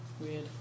Weird